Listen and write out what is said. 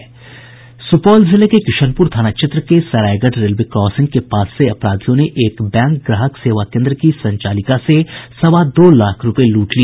सुपौल जिले में किशनपुर थाना क्षेत्र के सरायगढ़ रेलवे क्रॉसिंग के पास से अपराधियों ने एक बैंक ग्राहक सेवा केंद्र की संचालिका से सवा दो लाख रुपये लूट लिए